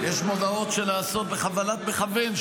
יש מודעות שנעשות בכוונת מכוון,